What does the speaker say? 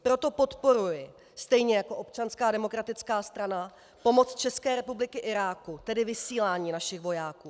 Proto podporuji, stejně jako Občanská demokratická strana, pomoc České republiky Iráku, tedy vysílání našich vojáků.